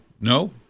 no